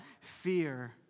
fear